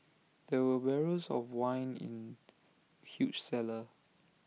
there were of wine in huge cellar